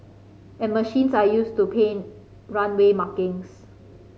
and machines are used to paint runway markings